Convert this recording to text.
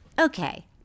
okay